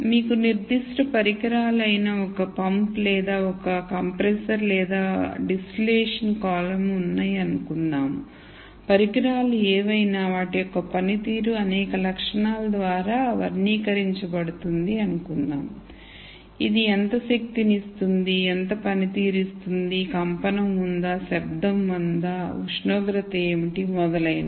మీకు నిర్దిష్ట పరికరాలు అయిన ఒక pump లేదా ఒక్క compressor లేదా distillation column ఉన్నాయనుకుందాం పరికరాలు ఏవైనా వాటి యొక్క పనితీరు అనేక లక్షణాల ద్వారా వర్నిక రించబడుతుంది అనుకుందాం ఇది ఎంత శక్తిని ఆకర్షిస్తుంది ఎంత పనితీరు ఇస్తుంది కంపనం ఉందా శబ్దం ఉందా ఉష్ణోగ్రత ఏమిటి మొదలైనవి